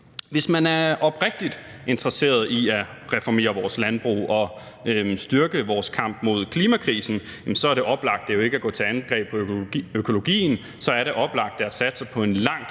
Hvis man er oprigtigt interesseret i at reformere vores landbrug og styrke vores kamp mod klimakrisen, er det oplagte jo ikke at gå til kamp mod økologien; så er det oplagte at satse på en langt